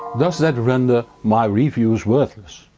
does that render my reviews worthless?